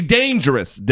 dangerous